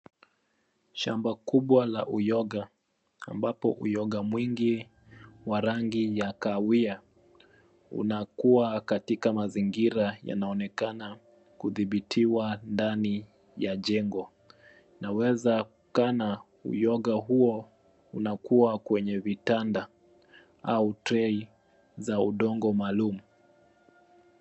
Shamba kubwa la uyoga ambapo uyoga mwingi wa rangi ya kahawia unakuwa katika mazingira yanayoonekana kudhibitiwa ndani ya jengo. Unawezekana uyoga huo unakua kwenye vitanda au trei za udongo maalum.